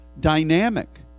dynamic